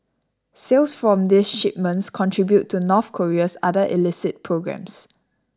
sales from these shipments contribute to North Korea's other illicit programmes